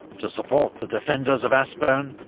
to support the defenders of aspern,